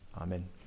Amen